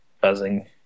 buzzing